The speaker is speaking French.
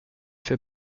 fait